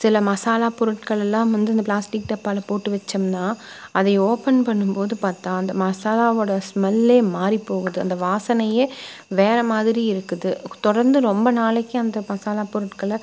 சில மசாலா பொருட்களெல்லாம் வந்து இந்த பிளாஸ்டிக் டப்பாவில் போட்டு வைச்சோம்னா அதை ஓப்பன் பண்ணும் போது பார்த்தா அந்த மசாலாவோட ஸ்மெல்லே மாறி போகுது அந்த வாசனை வேற மாதிரி இருக்குது தொடர்ந்து ரொம்ப நாளைக்கு அந்த மசாலா பொருட்களை